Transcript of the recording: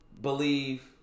believe